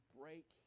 break